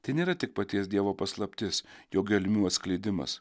tai nėra tik paties dievo paslaptis jo gelmių atskleidimas